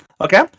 Okay